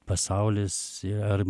pasaulis ir